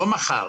לא מחר,